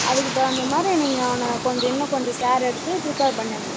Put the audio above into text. அதுக்கு தகுந்தமாதிரி நீங்கள் அவனை கொஞ்சம் இன்னும் கொஞ்சம் கேர் எடுத்து ப்ரிப்பர் பண்ணி உடணும்